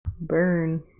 Burn